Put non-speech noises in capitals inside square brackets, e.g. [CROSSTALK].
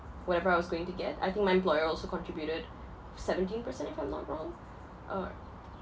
whatever I was going to get I think my employer also contributed seventeen percent if I'm not wrong [NOISE]